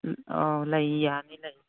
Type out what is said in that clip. ꯎꯝ ꯑꯣ ꯂꯩ ꯌꯥꯅꯤ ꯂꯩꯌꯦ